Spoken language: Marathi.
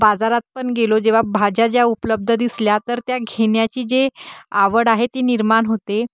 बाजारात पण गेलो जेव्हा भाज्या ज्या उपलब्ध दिसल्या तर त्या घेण्याची जी आवड आहे ती निर्माण होते